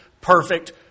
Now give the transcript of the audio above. perfect